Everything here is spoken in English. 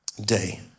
day